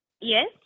Yes